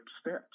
steps